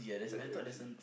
just M_G